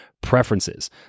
preferences